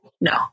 No